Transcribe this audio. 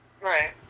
Right